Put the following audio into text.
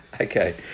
Okay